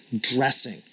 dressing